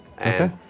Okay